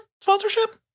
sponsorship